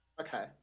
okay